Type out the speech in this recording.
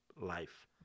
life